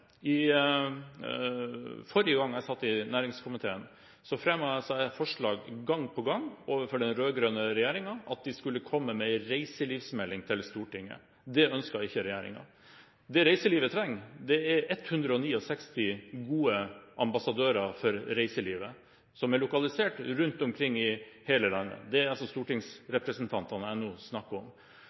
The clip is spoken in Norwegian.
regjeringen. Forrige gang jeg satt i næringskomiteen, fremmet jeg forslag gang på gang for den rød-grønne regjeringen om at de skulle komme med en reiselivsmelding til Stortinget. Det ønsket ikke regjeringen. Det reiselivet trenger, er 169 gode ambassadører for reiselivet som er lokalisert rundt omkring i hele landet – det er altså stortingsrepresentantene jeg nå snakker om.